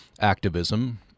activism